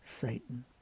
Satan